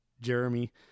jeremy